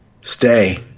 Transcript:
Stay